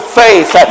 faith